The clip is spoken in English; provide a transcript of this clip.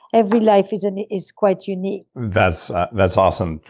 every life is and is quite unique that's that's awesome.